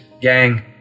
gang